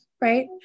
right